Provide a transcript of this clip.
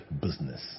business